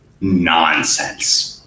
nonsense